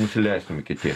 nusileistum iki tiek